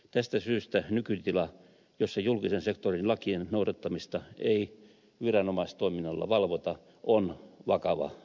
tästä syystä nykytila jossa julkisen sektorin lakien noudattamista ei viranomaistoiminnalla valvota on vakava puute